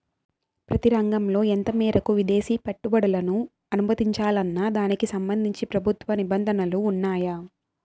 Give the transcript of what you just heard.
ప్రతి రంగంలో ఎంత మేరకు విదేశీ పెట్టుబడులను అనుమతించాలన్న దానికి సంబంధించి ప్రభుత్వ నిబంధనలు ఉన్నాయా?